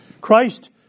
Christ